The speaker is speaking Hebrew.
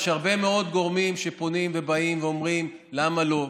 יש הרבה מאוד גורמים שפונים ובאים ואומרים: למה לא.